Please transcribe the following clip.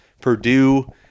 Purdue